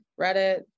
Reddit